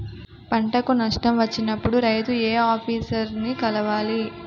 పంటకు నష్టం వచ్చినప్పుడు రైతు ఏ ఆఫీసర్ ని కలవాలి?